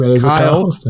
Kyle